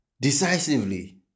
decisively